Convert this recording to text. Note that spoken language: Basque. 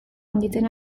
handitzen